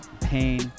pain